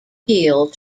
keel